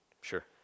Sure